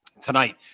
tonight